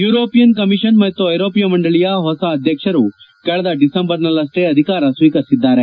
European commission ಮತ್ತು ಐರೋಪ್ಟ ಮಂಡಳಿಯ ಹೊಸ ಅಧ್ಯಕ್ಷರು ಕಳೆದ ಡಿಸೆಂಬರ್ನಲ್ಲಷ್ಷೇ ಅಧಿಕಾರ ಸ್ವೀಕರಿಸಿದ್ದಾರೆ